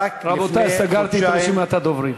רבותי, סגרתי את רשימת הדוברים.